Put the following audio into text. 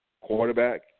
quarterback